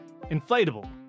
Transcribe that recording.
Inflatable